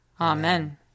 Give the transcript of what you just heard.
Amen